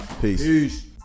Peace